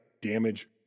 damage